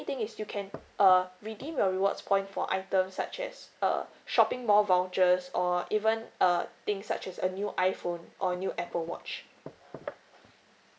think is you can uh redeem your rewards point for items such as uh shopping more vouchers or even uh things such as a new iphone or new apple watch